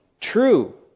true